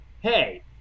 hey